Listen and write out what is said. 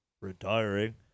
Retiring